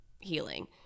healing